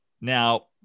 Now